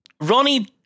Ronnie